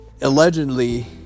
allegedly